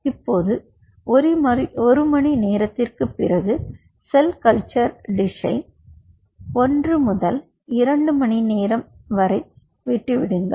இப்போது ஒரு மணி நேரத்திற்குப் பிறகு செல் கல்ச்சர் டிஷை 1 முதல் 2 மணிநேரம் வரை விட்டு விடுங்கள்